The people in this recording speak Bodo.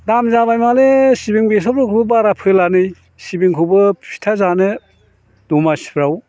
दाम जाबाय माने सिबिं बेसरफोरखौनो बारा फोला नै सिबिंखौबो फिथा जानो दमासिफ्राव